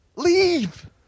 leave